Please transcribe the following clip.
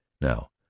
Now